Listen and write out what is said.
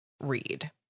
read